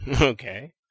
Okay